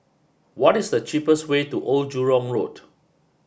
what is the cheapest way to Old Jurong Road